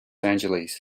angeles